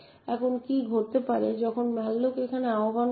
এখন কি ঘটতে পারে যখন malloc এখানে আহ্বান করা হয়